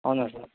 అవునా సార్